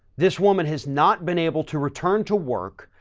this woman has not been able to return to work.